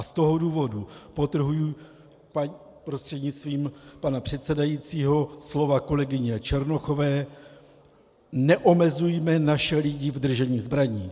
Z toho důvodu podtrhuji prostřednictvím pana předsedajícího slova kolegyně Černochové neomezujme naše lidi v držení zbraní.